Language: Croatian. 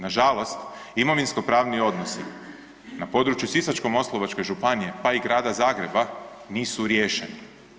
Nažalost, imovinsko pravni odnosi na području Sisačko-moslavačke županije, pa i Grada Zagreba nisu riješeni.